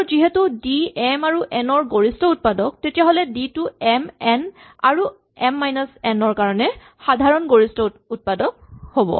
আৰু যিহেতু D M আৰু এন ৰ গৰিষ্ঠ উৎপাদক তেতিয়াহ'লে ডি টো এম এন আৰু এম মাইনাচ এন ৰ কাৰণে সাধাৰণ গৰিষ্ঠ উৎপাদক হ'ব